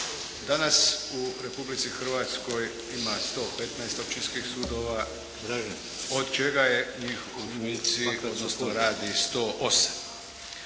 Danas u Republici Hrvatskoj ima 115 općinskih sudova od čega je njih …/Govornik